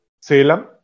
Salem